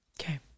okay